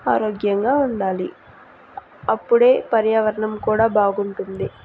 ఆరోగ్యంగా ఉండాలి అప్పుడే పర్యావరణం కూడా బాగుంటుంది